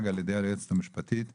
שהוצג על ידי היועצת המשפטית בוועדה.